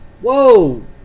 whoa